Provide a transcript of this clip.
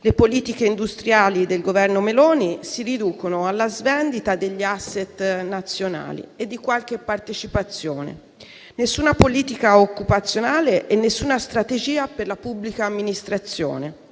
Le politiche industriali del Governo Meloni si riducono alla svendita degli *asset* nazionali e di qualche partecipazione; nessuna politica occupazionale e nessuna strategia per la pubblica amministrazione;